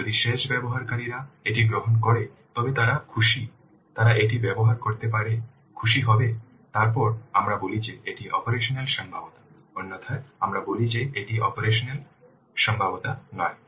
যদি শেষ ব্যবহারকারীরা এটি গ্রহণ করে তবে তারা খুশি তারা এটা ব্যবহার করতে পেরে খুশি হবে তারপরে আমরা বলি যে এটি অপারেশনাল সম্ভাব্যতা অন্যথায় আমরা বলি যে এটি অপারেশনাল সম্ভাব্যতা নয়